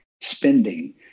spending